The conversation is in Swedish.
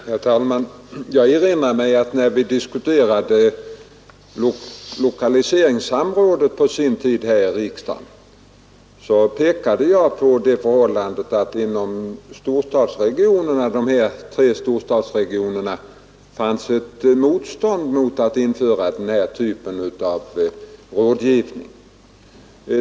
Herr talman! Jag erinrar mig att när vi diskuterade lokaliseringsamrådet på sin tid här i riksdagen, pekade jag på det förhållandet att det inom de tre storstadsregionerna fanns ett motstånd mot att införa den här typen av rådgivning.